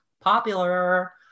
Popular